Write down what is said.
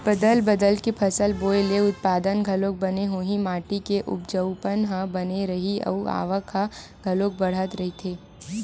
बदल बदल के फसल बोए ले उत्पादन घलोक बने होही, माटी के उपजऊपन ह बने रइही अउ आवक ह घलोक बड़ाथ रहीथे